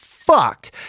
fucked